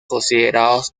considerados